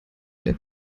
der